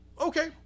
Okay